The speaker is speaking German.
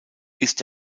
ist